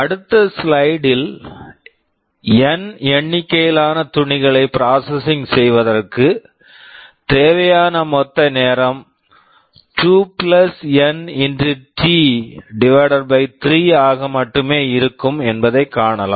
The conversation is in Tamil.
அடுத்த ஸ்லைடில் என் N எண்ணிக்கையிலான துணிகளைச் ப்ராசஸிங் processing செய்வதற்கு தேவையான மொத்த நேரம் 2 N T 3 ஆக மட்டுமே இருக்கும் என்பதைக் காணலாம்